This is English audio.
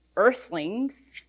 Earthlings